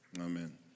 Amen